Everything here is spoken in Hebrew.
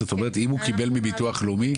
זאת אומרת אם הוא קיבל מביטוח לאומי?